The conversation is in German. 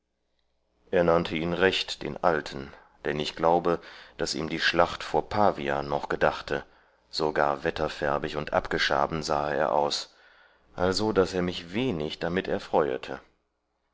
er nannte ihn recht den alten dann ich glaube daß ihm die schlacht vor pavia noch gedachte so gar wetterfärbig und abgeschaben sahe er aus also daß er mich wenig damit erfreuete